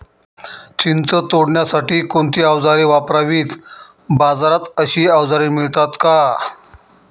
चिंच तोडण्यासाठी कोणती औजारे वापरावीत? बाजारात अशी औजारे मिळतात का?